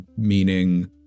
meaning